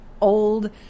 old